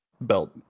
belt